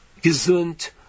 Gesund